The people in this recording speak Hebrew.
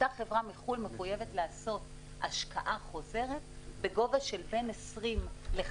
אותה חברה מחו"ל מחויבת לעשות השקעה חוזרת בגובה של 20%-50%,